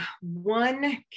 one